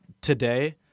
today